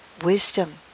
wisdom